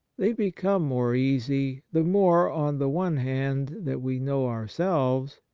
they become more easy, the more on the one hand that we know ourselves,